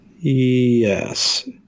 Yes